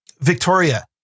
Victoria